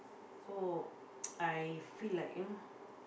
so I feel like you know